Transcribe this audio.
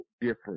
different